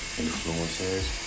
influencers